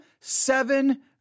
seven